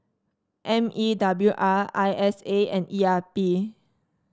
M E W R I S A and E R P